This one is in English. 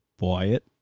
Wyatt